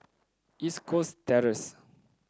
East Coast Terrace